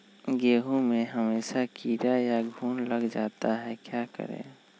गेंहू में हमेसा कीड़ा या घुन लग जाता है क्या करें?